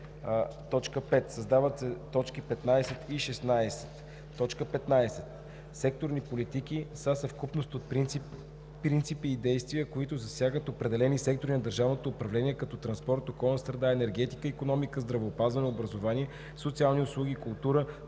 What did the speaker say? Създават се т. 15 и 16: „15. „Секторни политики“ са съвкупност от принципи и действия, които засягат определени сектори на държавното управление, като транспорт, околна среда, енергетика, икономика, здравеопазване, образование, социални услуги, култура,